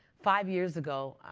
five years ago,